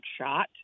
shot